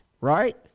right